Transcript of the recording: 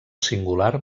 singular